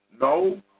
No